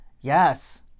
Yes